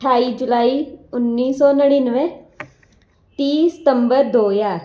ਅਠਾਈ ਜੁਲਾਈ ਉੱਨੀ ਸੌ ਨੜਿਨਵੇਂ ਤੀਹ ਸਤੰਬਰ ਦੋ ਹਜ਼ਾਰ